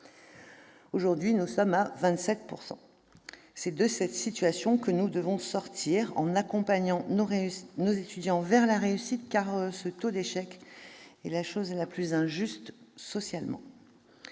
Aujourd'hui, nous sommes à 27 % de réussite. C'est de cette situation que nous devons sortir, en accompagnant nos étudiants vers la réussite, car ce taux d'échec est la chose la plus injuste socialement